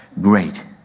Great